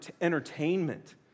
entertainment